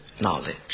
knowledge